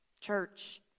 church